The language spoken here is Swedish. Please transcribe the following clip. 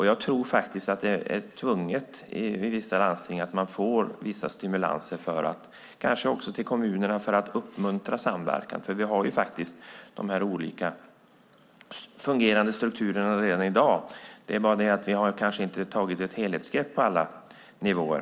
Jag tror att vissa landsting, och kanske också kommuner, måste få stimulanser för att på så sätt uppmuntra samverkan. Vi har redan i dag olika fungerande strukturer. Problemet är bara att vi kanske inte tagit ett helhetsgrepp på alla nivåer.